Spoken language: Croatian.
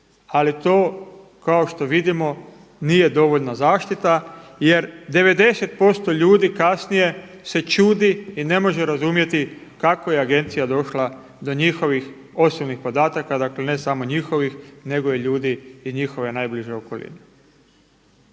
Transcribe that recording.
ali to kao što vidimo nije dovoljna zaštita jer 90% ljudi kasnije se čudi i ne može razumjeti kako je Agencija došla do njihovih osobnih podataka, dakle, ne samo njihovih nego i ljudi iz njihove najbliže okoline.